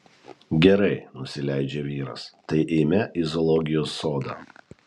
gerai nusileidžia vyras tai eime į zoologijos sodą